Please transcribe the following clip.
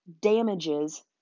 damages